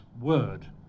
word